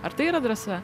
ar tai yra drąsa